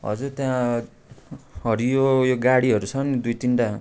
हजुर त्यहाँ हरियो यो गाडीहरू छ नि दुई तिनवटा